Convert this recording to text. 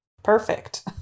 Perfect